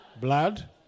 blood